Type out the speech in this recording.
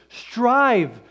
strive